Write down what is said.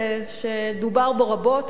שדובר בו רבות,